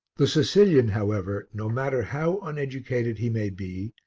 the sicilian, however, no matter how uneducated he may be,